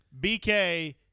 BK